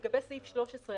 לגבי סעיף 13,